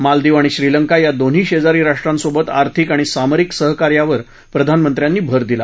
मालदीव आणि श्रीलंका या दोन्ही शेजारी राष्ट्रांसोबत आर्थिक आणि सामरिक सहकार्यावर प्रधानमंत्र्यांनी भर दिला